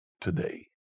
today